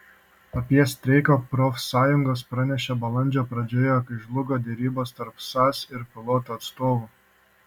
apie streiką profsąjungos pranešė balandžio pradžioje kai žlugo derybos tarp sas ir pilotų atstovų